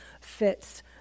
fits